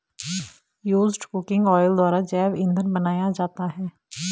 used cooking oil द्वारा जैव इंधन बनाया जाता है